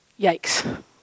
Yikes